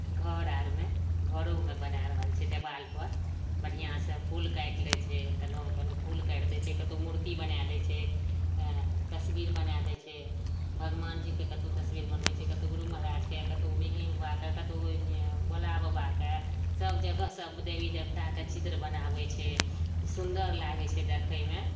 घर आरमे घरोमे बनाए रहल छै देबालपर बढ़िऑंसॅं फूल काटि दै छै कनहो कनहो फूल काढ़ि दै छै कतौ मूर्ति बनाए दै छै हएँ तस्बीर बनाए दै छै भगवान जीके कतौ तस्बीर बनबै छै कतौ गुरु महराज कए कतौ मेहीँ बबाके कतौ ओहिमे भोला बबाके सब जगह सब देबी देबताके चित्र बनाबै छै ई सुन्दर लागै छै देक्खैमे